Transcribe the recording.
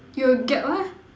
you will get what